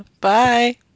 Bye